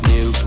New